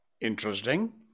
Interesting